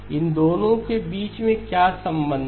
इन दोनों के बीच क्या संबंध है